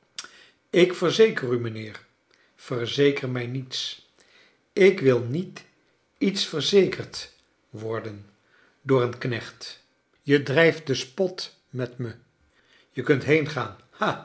ik verzeker u mijnheer verzeker mij niets ik wil niet iets verzekerd worden door een knecht je drijft den spot met me je kunt